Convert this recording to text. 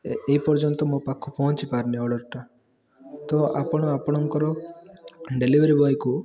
ଏ ଏ ପର୍ଯ୍ୟନ୍ତ ମୋ ପାଖକୁ ପହଞ୍ଚିପାରୁନି ଅର୍ଡ଼ର୍ଟା ତ ଆପଣ ଆପଣଙ୍କର ଡେଲିଭେରି ବଏକୁ